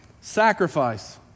Sacrifice